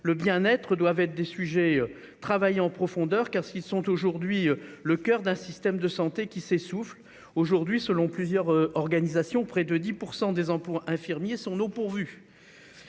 le bien-être sont des sujets à travailler en profondeur, car ils sont aujourd'hui le coeur d'un système de santé qui s'essouffle. Aujourd'hui, selon plusieurs organisations, près de 10 % des emplois infirmiers ne sont pas pourvus.